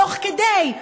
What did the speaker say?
תוך כדי,